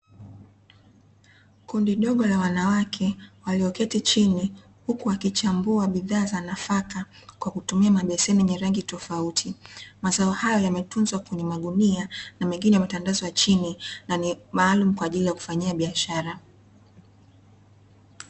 Kundi dogo la wanawake walioketi chini huku wakichambua bidhaa za nafaka kwa kutumia mabeseni yenye rangi tofauti. Mazao hayo yametunzwa kwenye magunia na mengine hutandazwa chini na ni maalumu kwa ajili ya kufanyia biashara.